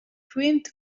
creamed